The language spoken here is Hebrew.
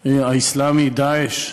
האסלאמי "דאעש",